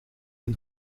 een